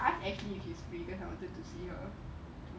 it's half an hour more leh